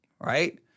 Right